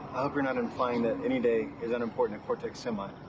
you're not implying that any day is unimportant at cortex semi.